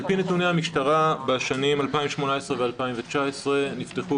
על פי נתוני המשטרה בשנים 2018 ו-2019 נפתחו